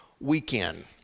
weekend